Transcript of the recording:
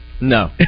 No